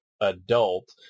adult